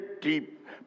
deep